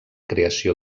creació